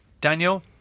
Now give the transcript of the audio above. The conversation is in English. daniel